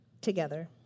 Together